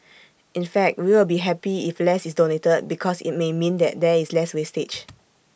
in fact we will be happy if less is donated because IT may mean that there is less wastage